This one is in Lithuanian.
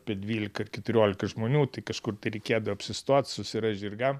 apie dvylika ar keturiolika žmonių tai kažkur tai reikėdavo apsistot susirast žirgam